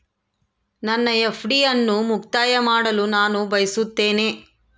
ನನ್ನ ಎಫ್.ಡಿ ಅನ್ನು ಮುಕ್ತಾಯ ಮಾಡಲು ನಾನು ಬಯಸುತ್ತೇನೆ